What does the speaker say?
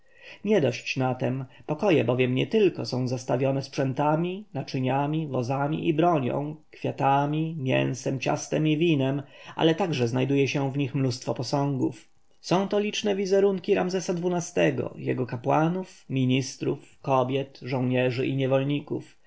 ludu niedość na tem pokoje bowiem nietylko są zastawione sprzętami naczyniami wozami i bronią kwiatami mięsem ciastem i winem ale jeszcze znajduje się w nich mnóstwo posągów są to liczne wizerunki ramzesa xii-go jego kapłanów ministrów kobiet żołnierzy i niewolników